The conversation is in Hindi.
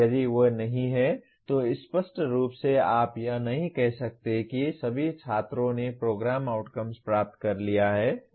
यदि वे नहीं हैं तो स्पष्ट रूप से आप यह नहीं कह सकते कि सभी छात्रों ने प्रोग्राम आउटकम्स प्राप्त कर लिए हैं